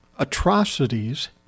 atrocities